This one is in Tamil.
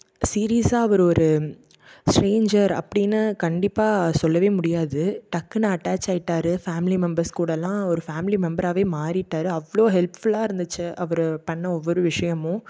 சீரியஸாக அவர் ஒரு ஸ்ட்ரேஞ்சர் அப்படின்னு கண்டிப்பாக சொல்லவே முடியாது டக்குனு அட்டாச் ஆயிட்டார் ஃபேமிலி மெம்பெர்ஸ் கூடலாம் ஒரு ஃபேமிலி மெம்பெராகவே மாறிட்டார் அவ்வளோ ஹெல்ப்ஃபுல்லாக இருந்துச்சு அவுர் பண்ணிண ஒவ்வொரு விஷயமும்